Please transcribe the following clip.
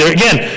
again